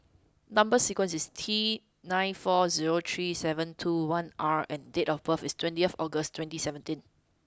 number sequence is T nine four zero three seven two one R and date of birth is twenty of August twenty seventeen